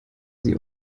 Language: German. sie